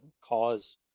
cause